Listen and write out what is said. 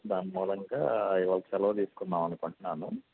దాని మూలంగా ఇవాళ సెలవు తీసుకుందామనుకుంటున్నాను